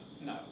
No